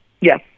Yes